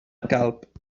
calp